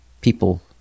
people